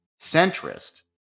centrist